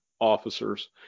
officers